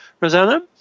Rosanna